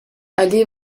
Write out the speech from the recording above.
allí